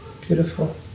Beautiful